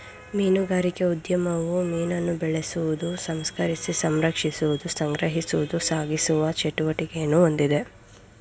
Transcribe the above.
ಮೀನುಗಾರಿಕೆ ಉದ್ಯಮವು ಮೀನನ್ನು ಬೆಳೆಸುವುದು ಸಂಸ್ಕರಿಸಿ ಸಂರಕ್ಷಿಸುವುದು ಸಂಗ್ರಹಿಸುವುದು ಸಾಗಿಸುವ ಚಟುವಟಿಕೆಯನ್ನು ಹೊಂದಿದೆ